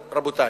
רבותי.